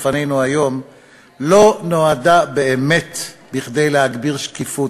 בפנינו היום לא נועדה באמת להגביר שקיפות,